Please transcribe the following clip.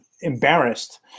embarrassed